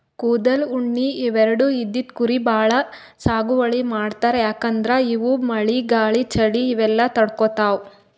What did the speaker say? ಕೂದಲ್, ಉಣ್ಣಿ ಇವೆರಡು ಇದ್ದಿದ್ ಕುರಿ ಭಾಳ್ ಸಾಗುವಳಿ ಮಾಡ್ತರ್ ಯಾಕಂದ್ರ ಅವು ಮಳಿ ಗಾಳಿ ಚಳಿ ಇವೆಲ್ಲ ತಡ್ಕೊತಾವ್